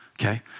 okay